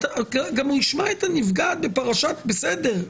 הוא ישמע את הנפגעת, בסדר,